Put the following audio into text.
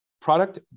product